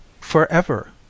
forever